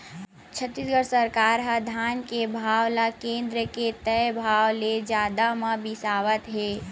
छत्तीसगढ़ सरकार ह धान के भाव ल केन्द्र के तय भाव ले जादा म बिसावत हे